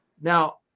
Now